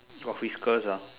office girls ah